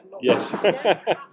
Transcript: Yes